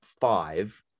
five